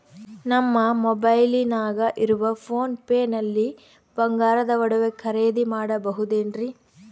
ನಮ್ಮ ಮೊಬೈಲಿನಾಗ ಇರುವ ಪೋನ್ ಪೇ ನಲ್ಲಿ ಬಂಗಾರದ ಒಡವೆ ಖರೇದಿ ಮಾಡಬಹುದೇನ್ರಿ?